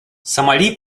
сомали